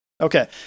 Okay